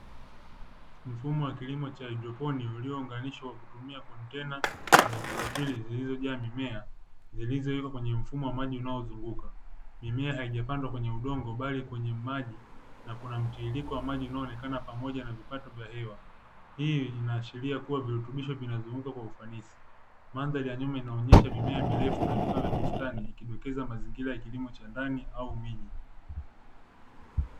Mfumo wa kilimo cha haidroponi uliounganishwa kwa kutumia kontena za mstari zilizojaa mimea zilizowekwa kwenye mfumo wa maji unaozunguka, mimea haijapandwa kwenye udongo bali kwenye maji na kuna mtiririko wa maji unaonekana pamoja na vipato vya hewa, hii linaashiria kuwa virutubisho vinazunguka kwa ufanisi, mandhari ya nyuma inaonyesha mimea mirefu na vifaa vya bustani ikidokeza mazingira ya kilimo cha ndani au miji.